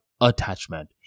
attachment